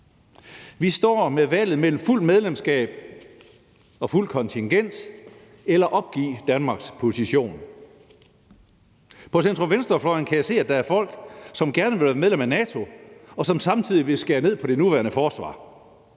Vi står med valget mellem fuldt medlemskab og fuldt kontingent eller at opgive Danmarks position. Jeg kan se, at der på centrum-venstre-fløjen er folk, som gerne vil være medlem af NATO, og som samtidig vil at skære ned på det nuværende forsvar.